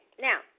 Now